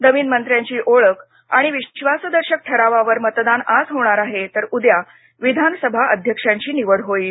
नवीन मंत्र्यांची ओळख आणि विश्वासदर्शक ठरावावर मतदान आज होणार आहे तर उद्या विधानभा अध्यक्षांची निवड होईल